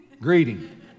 Greeting